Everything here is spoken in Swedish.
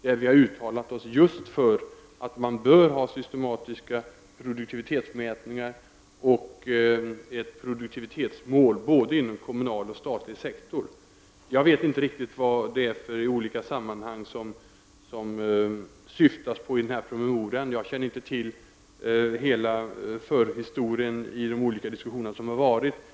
Vi har där uttalat att det bör ske systematiska produktivitetsmätningar och att det skall vara ett produktivitetsmål inom både statlig och kommunal sektor. Jag vet inte riktigt vilka sammanhang som åsyftas i promemorian. Jag känner inte till hela förhistorien i de olika diskussioner som har varit.